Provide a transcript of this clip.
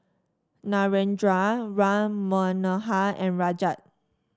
Narendra Ram Manohar and Rajat